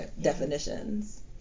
definitions